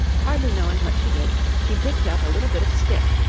hardly knowing what she did, she picked up a little bit of stick,